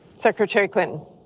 secretary clinton.